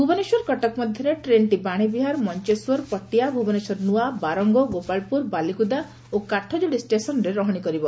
ଭୁବନେଶ୍ୱର କଟକ ମଧ୍ଧରେ ଟ୍ରେନ୍ଟି ବାଶୀବିହାର ମଞେଶ୍ୱର ପଟିଆ ଭୁବନେଶ୍ୱର ନୂଆ ବାରଙ୍ଗ ଗୋପାଳପୁର ବାଲିକୁଦା ଓ କାଠଯୋଡ଼ି ଷେସନ୍ରେ ରହଶି କରିବ